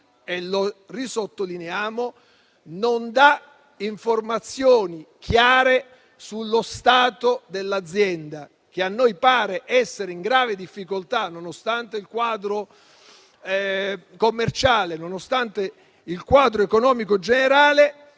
e lo sottolineo nuovamente - non dà informazioni chiare sullo stato dell'azienda, che a noi pare essere in grave difficoltà nonostante il quadro commerciale, nonostante il quadro economico generale.